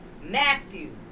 Matthew